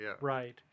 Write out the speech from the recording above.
Right